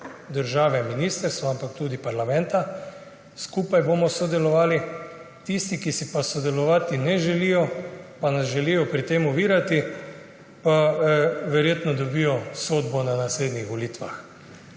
države in ministrstev, ampak tudi parlamenta. Skupaj bomo sodelovali. Tisti, ki si pa sodelovati ne želijo in nas želijo pri tem ovirati, pa verjetno dobijo sodbo na naslednjih volitvah.